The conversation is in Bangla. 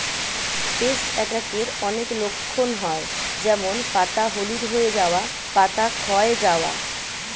পেস্ট অ্যাটাকের অনেক লক্ষণ হয় যেমন পাতা হলুদ হয়ে যাওয়া, পাতা ক্ষয় যাওয়া